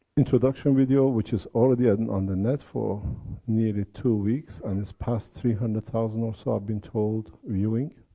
introduction video, which has already ah been on the net for nearly two weeks, and it has passed three hundred thousand or so, i've been told viewing,